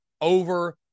over